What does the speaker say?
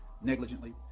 negligently